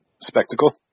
Spectacle